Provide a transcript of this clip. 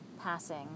passing